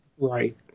Right